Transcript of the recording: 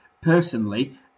personally